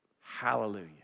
Hallelujah